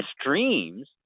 streams